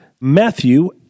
Matthew